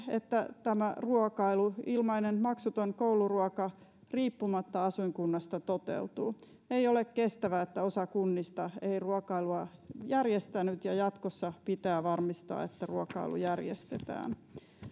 että tämä ruokailu ilmainen maksuton kouluruoka toteutuu riippumatta asuinkunnasta ei ole kestävää että osa kunnista ei ruokailua järjestänyt ja jatkossa pitää varmistaa että ruokailu järjestetään